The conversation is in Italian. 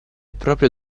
proprio